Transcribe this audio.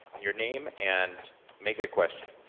and your name, and make it a question.